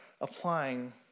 applying